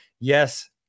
yes